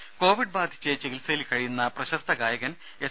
രുമ കൊവിഡ് ബാധിച്ച് ചികിത്സയിൽ കഴിയുന്ന പ്രശസ്ത ഗായകൻ എസ്